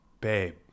babe